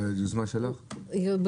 ביוזמה שלי.